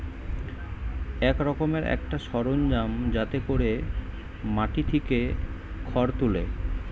এক রকমের একটা সরঞ্জাম যাতে কোরে মাটি থিকে খড় তুলে